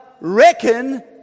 reckon